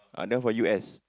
ah that one from U_S